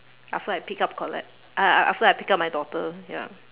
after I pick up collette af~ af~ after I pick up my daughter ya